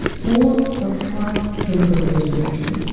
for a quite deliberate reason, actually.